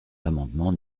l’amendement